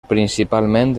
principalment